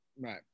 Right